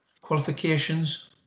qualifications